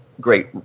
great